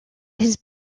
his